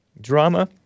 ...drama